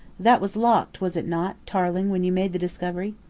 that was locked, was it not, tarling, when you made the discovery?